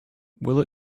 will